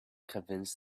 convince